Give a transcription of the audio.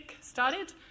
started